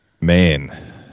Man